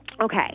Okay